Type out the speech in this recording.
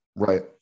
Right